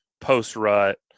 post-rut